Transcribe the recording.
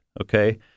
okay